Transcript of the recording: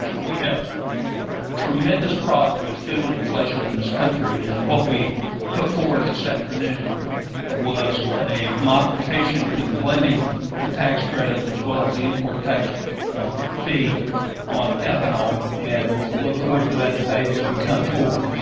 we have tremendous problems with food inflation in this country and what we put forward it this afternoon was a modification to the blending ah tax credit as well as the import tax fee on ethanol and we'll look forward to that debate as we come forward.